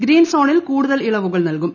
green സോണിൽ കൂടുതൽ ഇളവുകൾ നൽകും